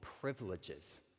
privileges